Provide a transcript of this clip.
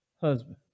Husband